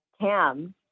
Tam